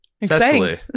Cecily